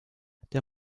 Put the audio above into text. der